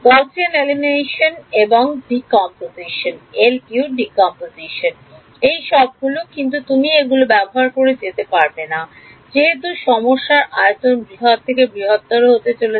Gaussian নির্মূল এবং LU পচন এই সবগুলো কিন্তু তুমি এগুলো ব্যবহার করে যেতে পারবে না সেহেতু সমস্যার আয়তন বৃহৎ থেকে বৃহত্তর হয়ে চলেছে